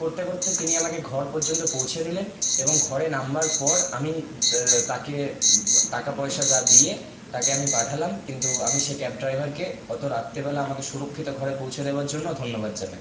করতে করতে তিনি আমাকে ঘর পর্যন্ত পৌঁছে দিলেন এবং ঘরে নামবার পর আমি তাকে টাকা পয়সা যা দিয়ে তাকে আমি পাঠালাম কিন্তু আমি সেই ক্যাব ড্রাইভারকে অত রাত্রেবেলা আমাকে সুরক্ষিত ঘরে পৌঁছে দেবার জন্য ধন্যবাদ জানাই